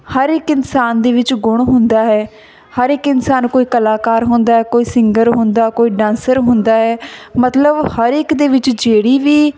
ਹਰ ਇੱਕ ਇਨਸਾਨ ਦੇ ਵਿੱਚ ਗੁਣ ਹੁੰਦਾ ਹੈ ਹਰ ਇੱਕ ਇਨਸਾਨ ਨੂੰ ਕੋਈ ਕਲਾਕਾਰ ਹੁੰਦਾ ਕੋਈ ਸਿੰਗਰ ਹੁੰਦਾ ਕੋਈ ਡਾਂਸਰ ਹੁੰਦਾ ਹੈ ਮਤਲਬ ਹਰ ਇੱਕ ਦੇ ਵਿੱਚ ਜਿਹੜੀ ਵੀ